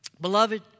Beloved